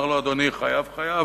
אומר לו: אדוני חייב, חייב.